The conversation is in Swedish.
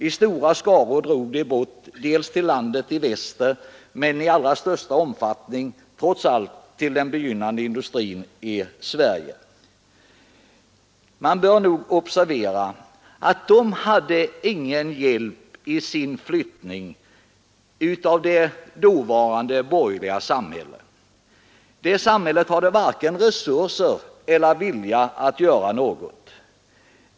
I stora skaror drog de bort dels till landet i väster men till största delen till den begynnande industrin i Sverige. Man bör observera att de inte hade någon hjälp i sin flyttning av det dåvarande borgerliga samhället. Det samhället hade varken resurser eller vilja att göra något.